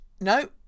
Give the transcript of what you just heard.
no